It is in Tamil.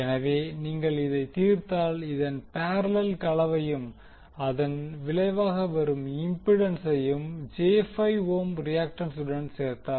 எனவே நீங்கள் இதைத் தீர்த்தால் இதன் பேரலெல் கலவையும் அதன் விளைவாக வரும் இம்பிடன்சையும் j5 ஓம் ரியாக்டன்சுடன் சேர்க்கப்படும்